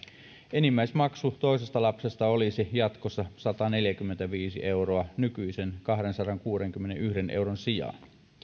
enimmäismaksu toisesta lapsesta olisi jatkossa sataneljäkymmentäviisi euroa nykyisen kahdensadankuudenkymmenenyhden euron sijaan